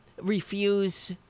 refuse